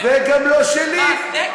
וגם לא שלי,